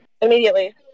Immediately